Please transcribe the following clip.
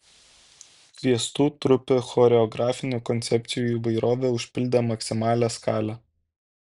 kviestų trupių choreografinių koncepcijų įvairovė užpildė maksimalią skalę